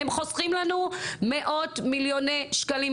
הם חוסכים לנו מאות מיליוני שקלים,